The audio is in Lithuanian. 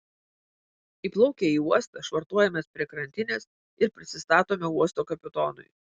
įplaukę į uostą švartuojamės prie krantinės ir prisistatome uosto kapitonui